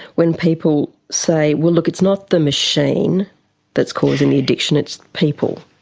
when people say, well look, it's not the machine that's causing the addiction, it's people.